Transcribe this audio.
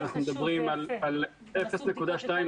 אנחנו מדברים על 0.2%